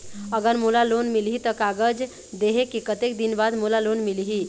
अगर मोला लोन मिलही त कागज देहे के कतेक दिन बाद मोला लोन मिलही?